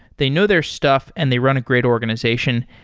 they know their stuff and they run a great organization.